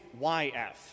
YF